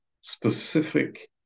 specific